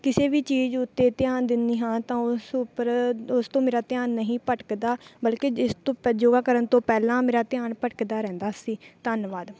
ਕਿਸੇ ਵੀ ਚੀਜ਼ ਉੱਤੇ ਧਿਆਨ ਦਿੰਦੀ ਹਾਂ ਤਾਂ ਉਸ ਉੱਪਰ ਉਸ ਤੋਂ ਮੇਰਾ ਧਿਆਨ ਨਹੀਂ ਭਟਕਦਾ ਬਲਕਿ ਇਸ ਤੋਂ ਯੋਗਾ ਕਰਨ ਤੋਂ ਪਹਿਲਾਂ ਮੇਰਾ ਧਿਆਨ ਭਟਕਦਾ ਰਹਿੰਦਾ ਸੀ ਧੰਨਵਾਦ